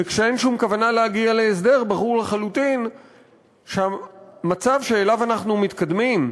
וכשאין שום כוונה להגיע להסדר ברור לחלוטין שהמצב שאליו אנחנו מתקדמים,